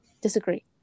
Disagree